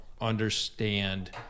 understand